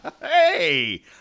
Hey